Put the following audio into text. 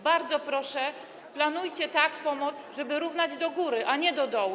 Bardzo proszę, planujcie pomoc tak, żeby równać do góry, a nie do dołu.